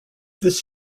this